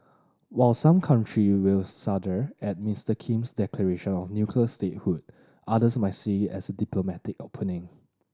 while some country will shudder at Mister Kim's declaration of nuclear statehood others might see as diplomatic opening